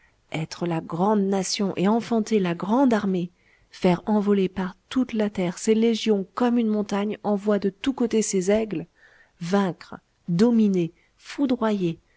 être la grande nation et enfanter la grande armée faire envoler par toute la terre ses légions comme une montagne envoie de tous côtés ses aigles vaincre dominer foudroyer